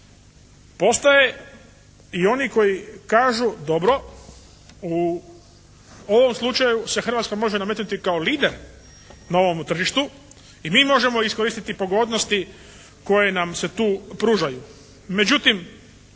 postoje i oni kažu dobro, u ovom slučaju se Hrvatska može nametnuti kao lider na ovom tržištu i mi možemo iskoristit pogodnosti koje nam se tu pružaju.